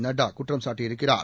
Nadda குற்றம்சாட்டியிருக்கிறார்